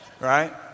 right